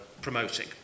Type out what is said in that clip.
promoting